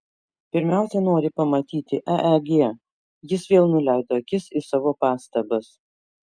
pirmiausia nori pamatyti eeg jis vėl nuleido akis į savo pastabas